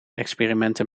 experimenten